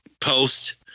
post